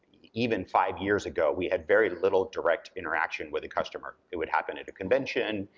even five years ago, we had very little direct interaction with a customer. it would happen at a convention.